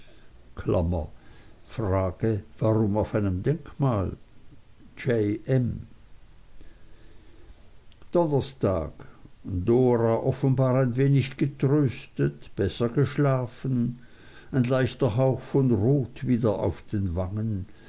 auf einem denkmal j m donnerstag d offenbar ein wenig getröstet besser geschlafen ein leichter hauch von rot wieder auf den wangen